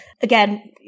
Again